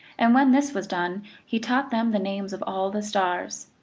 and when this was done he taught them the names of all the stars.